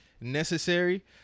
necessary